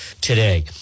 today